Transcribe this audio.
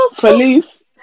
Police